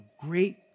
great